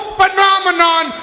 phenomenon